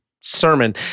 sermon